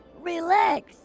Relax